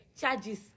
charges